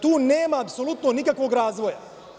Tu nema apsolutno nikakvog razvoja.